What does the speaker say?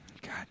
God